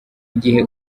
igihe